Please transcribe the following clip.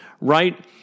right